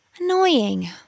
Annoying